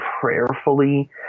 prayerfully